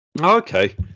okay